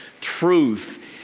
truth